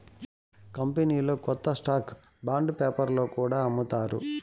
కంపెనీలు కొత్త stock bond పేపర్లో కూడా అమ్ముతారు